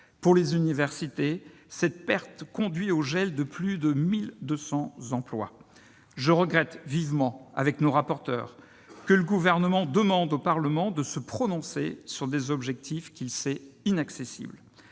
Pour les universités, cette perte conduit au gel de plus de 1 200 emplois. Je regrette vivement, avec nos rapporteurs, que le Gouvernement demande au Parlement de se prononcer sur des objectifs qu'il sait inaccessibles.